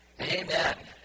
Amen